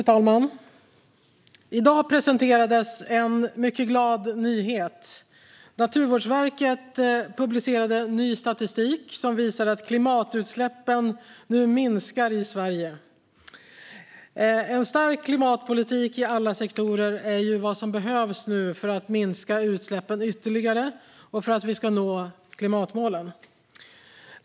Fru talman! I dag presenterades en mycket glad nyhet. Naturvårdsverket publicerade ny statistik som visar att klimatutsläppen nu minskar i Sverige. En stark klimatpolitik i alla sektorer är nu vad som behövs för att minska utsläppen ytterligare och för att vi ska nå klimatmålen.